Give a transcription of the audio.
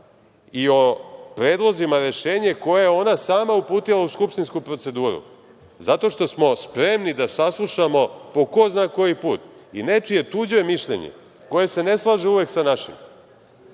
i o predlozima rešenja koje je ona sama uputila u skupštinsku proceduru. Zato što smo spremni da saslušamo po ko zna koji put i nečije tuđe mišljenje koje se ne slaže uvek sa našim